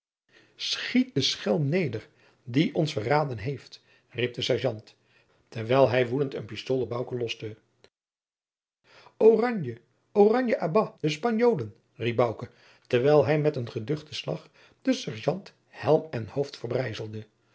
den schelm ter neder die ons verraden heeft riep de serjeant terwijl hij woedend een pistool op bouke loste oranje oranje à bas de spanjolen riep bouke terwijl hij met een geduchten slag den serjeant helm en